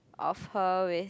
of her with